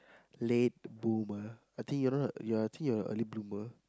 late bloomer I think you know I think you're a early bloomer